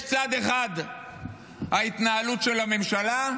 יש צד אחד, ההתנהלות של הממשלה,